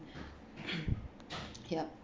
ya